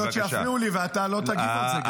לא יכול להיות שיפריעו לי ואתה לא תגיב על זה.